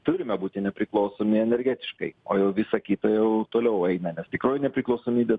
turime būti nepriklausomi energetiškai o jau visa kita jau toliau eina nes tikroji nepriklausomybė